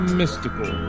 mystical